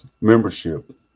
membership